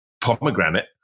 pomegranate